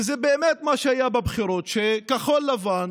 שזה באמת מה שהיה בבחירות, כחול לבן